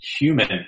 human